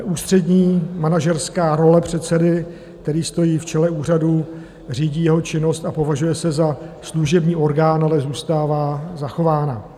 Ústřední manažerská role předsedy, který stojí v čele úřadu, řídí jeho činnost a považuje se za služební orgán, ale zůstává zachována.